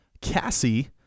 Cassie